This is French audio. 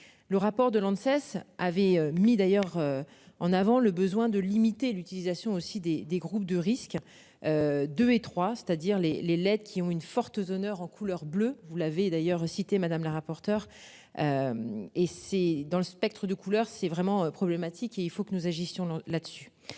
Le rapport de l'eau ne cesse avait mis d'ailleurs en avant le besoin de limiter l'utilisation aussi des, des groupes de risques. De étroit, c'est-à-dire les, les lettres qui ont une forte honneur en couleur bleue vous l'avez d'ailleurs cité madame la rapporteure. Et si dans le spectre de couleurs, c'est vraiment problématique. Et il faut que nous agissions là-dessus